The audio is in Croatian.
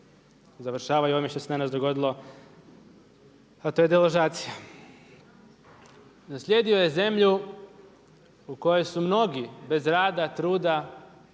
završavaju ovime što se danas dogodilo a to je deložacija. Naslijedio je zemlju u kojoj su mnogi bez rada, truda